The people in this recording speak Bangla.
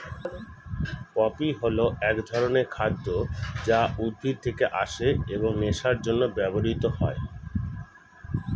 পপি হল এক ধরনের খাদ্য যা উদ্ভিদ থেকে আসে এবং নেশার জন্য ব্যবহৃত হয়